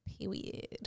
Period